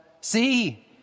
see